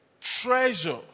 treasure